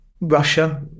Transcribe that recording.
Russia